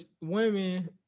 women